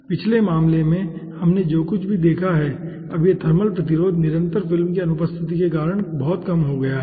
पिछले मामले में हमने जो कुछ भी देखा है अब यह थर्मल प्रतिरोध निरंतर फिल्म की अनुपस्थिति के कारण बहुत कम हो गया है